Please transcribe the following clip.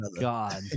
god